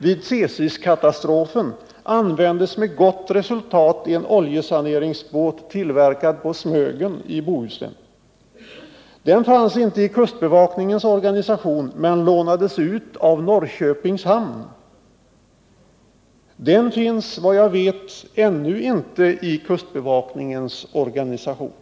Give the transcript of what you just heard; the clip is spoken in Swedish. Vid Tsesiskatastrofen användes med gott resultat en oljesaneringsbåt tillverkad på Smögen i Bohuslän. Den fanns inte i kustbevakningens organisation utan lånades ut av Norrköpings hamn. Den finns, vad jag vet, ännu inte i kustbevakningens organisation.